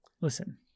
listen